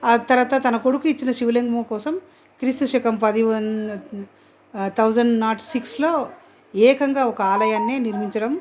ఆ తరువాత తన కొడుకు ఇచ్చిన శివలింగము కోసం క్రీస్తుశకం పది వం తౌసండ్ నాట్ సిక్స్లో ఏకంగా ఒక ఆలయాన్ని నిర్మించడం